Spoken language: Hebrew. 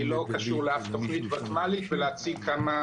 אני לא קשור לאף תוכנית ותמ"לית ולהציג כמה